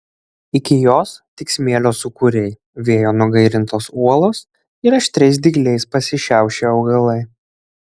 iki jos tik smėlio sūkuriai vėjo nugairintos uolos ir aštriais dygliais pasišiaušę augalai